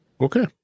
Okay